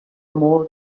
more